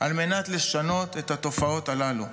על מנת לשנות את התופעות הללו.